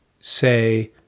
say